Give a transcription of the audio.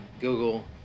google